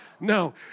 No